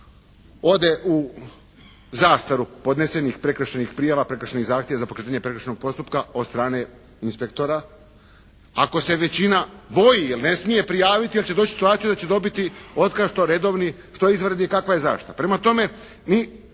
ode u zastaru podnesenih prekršajnih prijava, prekršajnih zahtjeva za pokretanje prekršajnog postupka od strane inspektora, ako se većina boji ili ne smije prijaviti jer će doći u situaciju da će dobiti otkaz što redovi, što izvanredni kakva je zaštita.